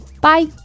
Bye